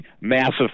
massive